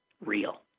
real